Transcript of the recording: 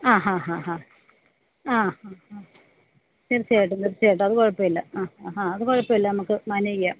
ആ ഹാ ഹാ ഹാ ഹാ തീർച്ചയായിട്ടും തീർച്ചയായിട്ടും അതു കുഴപ്പവുമില്ല ആ ഹാ ഹാ അതു കുഴപ്പവുമില്ല നമുക്ക് മാനേജ് ചെയ്യാം